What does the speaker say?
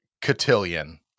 Cotillion